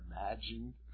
imagine